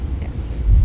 yes